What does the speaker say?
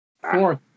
fourth